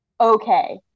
okay